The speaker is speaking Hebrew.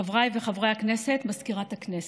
חבריי חברי הכנסת, מזכירת הכנסת,